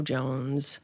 Jones